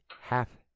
half